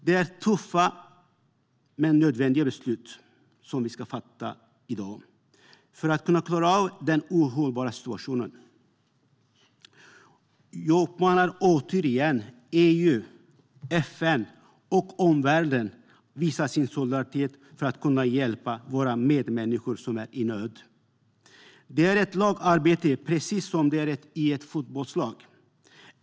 Det är tuffa men nödvändiga beslut som vi ska fatta för att kunna klara av den ohållbara situationen. Jag uppmanar återigen EU, FN och omvärlden att visa sin solidaritet för att kunna hjälpa våra medmänniskor i nöd. Det är ett lagarbete precis som det är i ett fotbollslag.